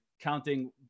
counting